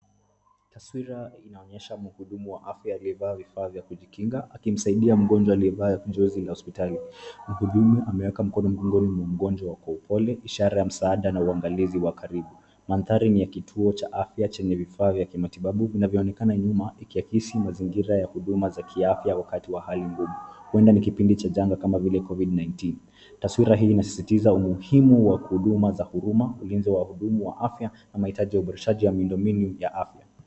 Taswira inaonyesha mhudumu wa afya aliyevaa vifaa vya kujikinga akimasaidia mgonjwa aliye vaa jozi za hospitali. Mhudumu ameweka mkono wa mgongoni mwa mgonjwa kwa upole ishara ya msaada na uangalizi wa karibu. Mandhari ni ya kituo cha afya chenye vifaa vya kimatibabu vinavyonekana nyuma ikiakisi huduma za ya kiafya wakati wa hali ngumu. Huenda ni kipindi ch a janga kama vile covid 19. Taswira hii inasisitiza umuhimu wa huduma za huruma ulinzi wa wahadumu wa afya na mahitji ya uboreshaji wa miundombinu ya afya.